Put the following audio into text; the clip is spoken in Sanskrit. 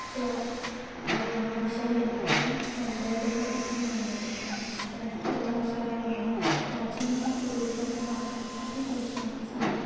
च विषये उत्तमसन्दर्भः इति मन्यते संस्कृतभाषायाः प्राचीनरूपत्वात् अपि तेषां साहित्यं